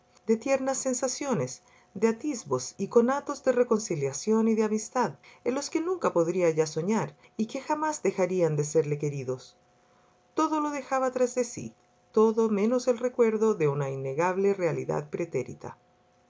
de tiernas sensaciones de atisbos y conatos de reconciliación y de amistad en los que nunca podría ya soñar y que jamás dejarían de serle queridos todo lo dejaba tras de sí todo menos el recuerdo de una innegable realidad pretérita